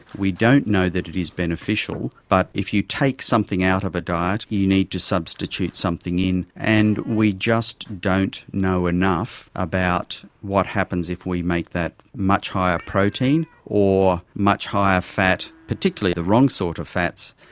we don't know that it is beneficial. but if you take something out of a diet you need to substitute something in, and we just don't know enough about what happens if we make that much higher protein or much higher fat, particularly the wrong sort of fats.